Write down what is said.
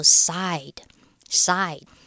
side,side